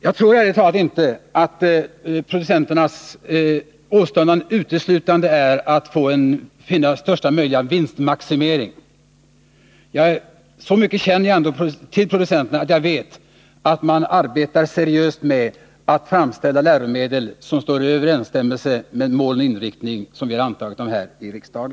Jag tror ärligt talat inte att producenternas åstundan uteslutande är att finna största möjliga vinstmaximering. Så mycket känner jag ändå till producenterna att jag vet att de arbetar seriöst för att framställa läromedel som står i överensstämmelse med de mål och riktlinjer som vi har fastställt här i riksdagen.